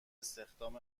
استخدام